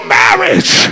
marriage